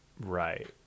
Right